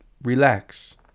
Relax